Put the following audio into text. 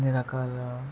అన్నిరకాల